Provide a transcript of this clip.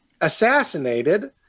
assassinated